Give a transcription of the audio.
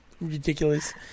ridiculous